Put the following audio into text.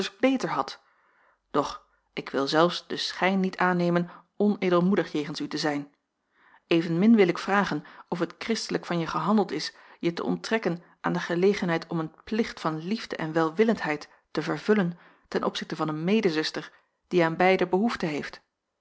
beter hadt doch ik wil zelfs den schijn niet aannemen onedelmoedig jegens u te zijn evenmin wil ik vragen of het kristelijk van je gehandeld is je te onttrekken aan de gelegenheid om een plicht van liefde en welwillendheid te vervullen ten opzichte van een medezuster die aan beide behoefte heeft